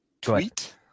tweet